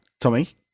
Tommy